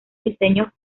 diseños